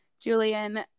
Julian